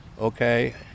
Okay